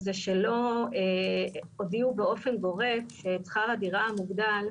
זה שלא הודיעו באופן גורף ששכר הדירה מוגדל,